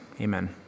Amen